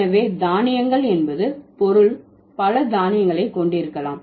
எனவே தானியங்கள் என்பது பொருள் பல தானியங்களை கொண்டிருக்கலாம்